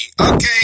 okay